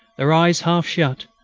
their eyes half shut,